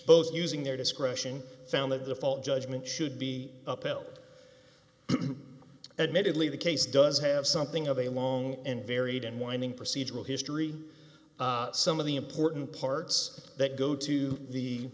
both using their discretion found that the fault judgment should be upheld admittedly the case does have something of a long and varied and winding procedural history some of the important parts that go to the